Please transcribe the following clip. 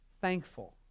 thankful